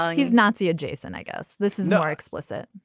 yeah he's nazi. jason i guess. this is not explicit.